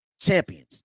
champions